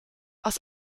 aus